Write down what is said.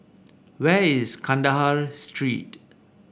where is Kandahar Street